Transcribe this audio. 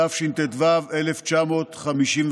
התשט"ו 1955,